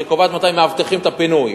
אבל היא קובעת מתי מאבטחים את הפינוי,